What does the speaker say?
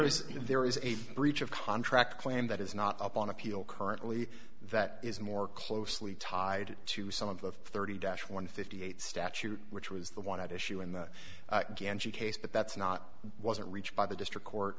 is there is a breach of contract claim that is not up on appeal currently that is more closely tied to some of the thirty dash one fifty eight statute which was the one at issue in the case but that's not wasn't reached by the district court